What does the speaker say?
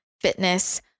fitness